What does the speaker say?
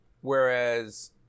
whereas